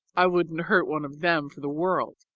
i wouldn't hurt one of them for the world.